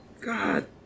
God